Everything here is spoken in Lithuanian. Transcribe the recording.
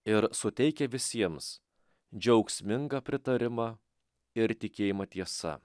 ir suteikia visiems džiaugsmingą pritarimą ir tikėjimą tiesa